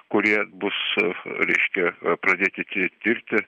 kurie bus reiškia pradėti tirti